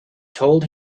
told